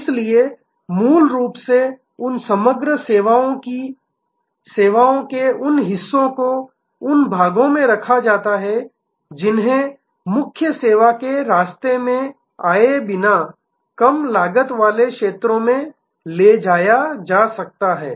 इसलिए मूल रूप से उन समग्र सेवाओं की सेवाओं के उन हिस्सों को उन भागों में रखा जाता है जिन्हें मुख्य सेवा के रास्ते में आए बिना कम लागत वाले क्षेत्र में ले जाया जा सकता है